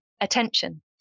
attention